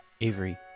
Avery